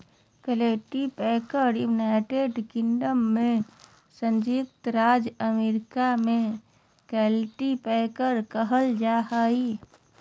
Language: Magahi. कल्टीपैकर के यूनाइटेड किंगडम में संयुक्त राज्य अमेरिका में कल्टीपैकर कहल जा हइ